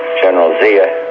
general zia